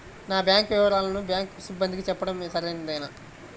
నా బ్యాంకు వివరాలను బ్యాంకు సిబ్బందికి చెప్పడం సరైందేనా?